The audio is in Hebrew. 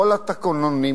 כל התקנונים